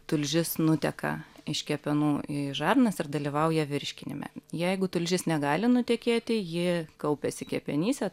tulžis nuteka iš kepenų į žarnas ir dalyvauja virškinime jeigu tulžis negali nutekėti ji kaupiasi kepenyse